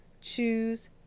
choose